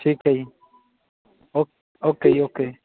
ਠੀਕ ਹੈ ਜੀ ਓਕ ਓਕੇ ਜੀ ਓਕੇ